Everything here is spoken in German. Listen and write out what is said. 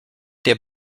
der